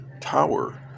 tower